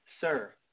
Sir